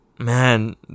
Man